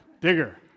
digger